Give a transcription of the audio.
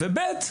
שנית,